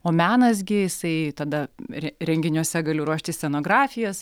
o menas gi jisai tada re renginiuose galiu ruošti scenografijas